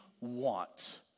want